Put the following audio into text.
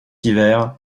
hiver